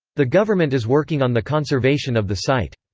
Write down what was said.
the government is working on the conservation of the site.